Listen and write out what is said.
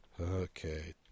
Okay